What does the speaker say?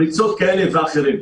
פריצות כאלה ואחרות.